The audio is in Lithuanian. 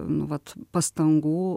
nu vat pastangų